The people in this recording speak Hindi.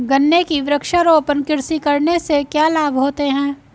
गन्ने की वृक्षारोपण कृषि करने से क्या लाभ होते हैं?